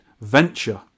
Venture